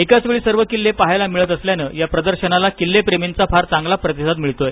एकाच वेळी सर्व किल्ले पाहायला मिळत असल्यान या प्रदर्शनाला किल्ले प्रेमींचा फार चांगला चांगला प्रतिसाद मिळत आहे